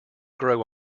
grow